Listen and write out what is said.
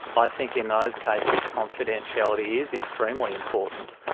i think in those cases confidentiality is extremely important,